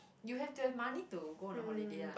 you have to have money to go on a holiday lah